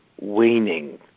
waning